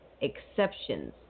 Exceptions